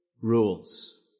rules